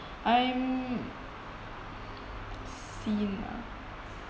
I'm scene ah